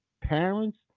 parents